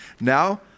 Now